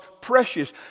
precious